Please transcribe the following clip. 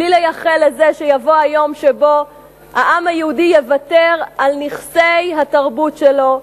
בלי לייחל לזה שיבוא היום שבו העם היהודי יוותר על נכסי התרבות שלו,